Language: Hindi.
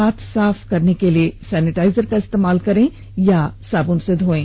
हाथ साफ करने के लिए सेनेटाइजर का इस्तेमाल करें या साब्न से धोयें